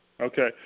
Okay